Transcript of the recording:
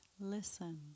listen